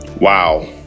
Wow